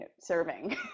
serving